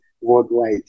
worldwide